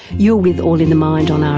you're with all in the mind on um